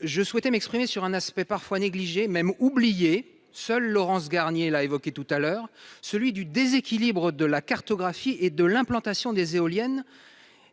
je souhaitais m'exprimer sur un aspect parfois négligé même oublié seule Laurence Garnier l'a évoqué tout à l'heure, celui du déséquilibre de la cartographie et de l'implantation des éoliennes